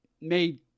made